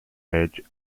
edge